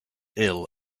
ill